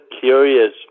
curious